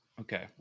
okay